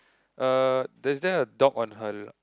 uh there's there a dog on her